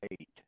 Eight